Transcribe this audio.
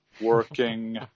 working